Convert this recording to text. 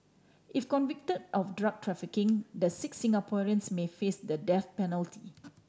if convicte of drug trafficking the six Singaporeans may face the death penalty